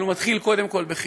אבל הוא מתחיל קודם כול בחינוך.